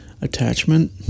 attachment